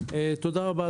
תודה רבה,